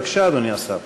בבקשה, אדוני השר.